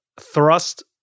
thrust